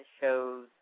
shows